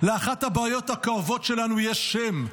לאחת הבעיות הכואבות שלנו יש שם,